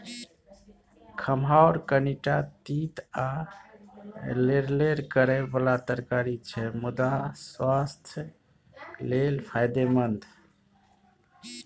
खमहाउर कनीटा तीत आ लेरलेर करय बला तरकारी छै मुदा सुआस्थ लेल फायदेमंद